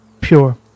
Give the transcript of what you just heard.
pure